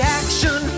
action